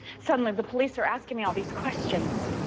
suddenly the police are asking me all these questions.